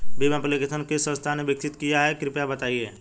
Bhim application को किस संस्था ने विकसित किया है कृपया बताइए?